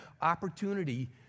opportunity